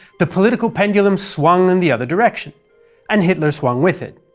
the political pendulum swung in the other direction and hitler swung with it.